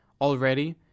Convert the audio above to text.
already